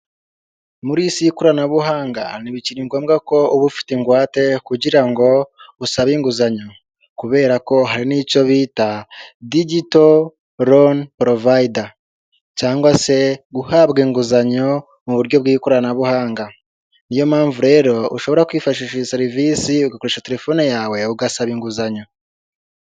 Muri iyi isi y'ikoranabuhanga ntibikiri ngombwa ko uba ufite ingwate kugira ngo usabe inguzanyo. Kubera ko hari n'icyo bita digito loni porovayida, cyangwa se guhabwa inguzanyo mu buryo bw'ikoranabuhanga. Niyo mpamvu rero ushobora kwifashisha iyi serivisi ugakoresha telefone yawe ugasaba inguzanyo.